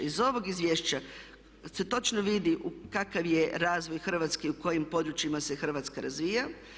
Iz ovog izvješća se točno vidi kakav je razvoj Hrvatske i u kojim područjima se Hrvatska razvija.